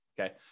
okay